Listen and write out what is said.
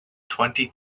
twenty